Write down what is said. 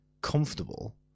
comfortable